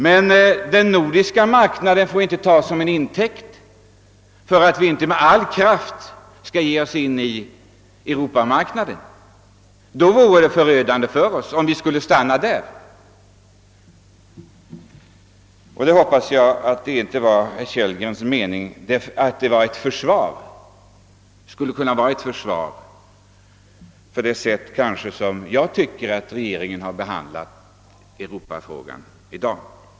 Men den nordiska marknaden får inte tas till intäkt för att vi inte med all kraft skulle försöka komma in även på europamarknaden — det vorje ju förödande för oss om vi skulle vara tvungna att stanna på den nordiska marknaden. Jag hoppas att detta inte heller var herr Kellgrens mening, utan vad han anförde var väl meningen som ett försvar för det sätt på vilket regeringen har behandlat frågan om vårt inträde på Europamarknaden.